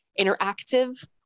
interactive